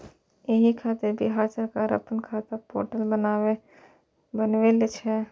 एहि खातिर बिहार सरकार अपना खाता पोर्टल बनेने छै